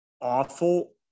awful